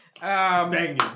banging